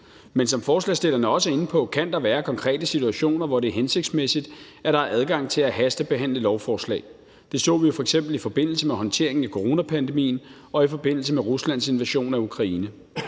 Men som forslagsstillerne også er inde på, kan der være konkrete situationer, hvor det er hensigtsmæssigt, at der er adgang til at hastebehandle lovforslag. Det så vi jo f.eks. i forbindelse med håndteringen af coronapandemien og i forbindelse med Ruslands invasion af Ukraine.